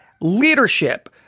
leadership